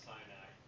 Sinai